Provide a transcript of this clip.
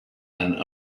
and